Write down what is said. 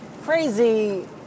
crazy